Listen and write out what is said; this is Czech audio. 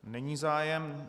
Není zájem.